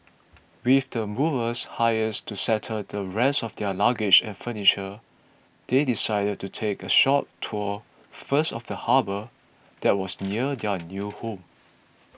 with the movers hires to settle the rest of their luggage and furniture they decided to take a short tour first of the harbour there was near their new home